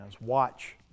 Watch